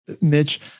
Mitch